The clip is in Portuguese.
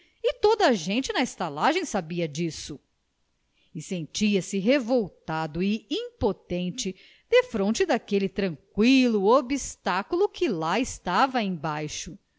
toda a gente na estalagem sabia disso e sentia-se revoltado e impotente defronte daquele tranqüilo obstáculo que lá estava embaixo